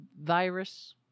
virus